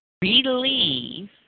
believe